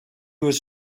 was